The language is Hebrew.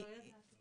יש ציבורים